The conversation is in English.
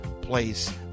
place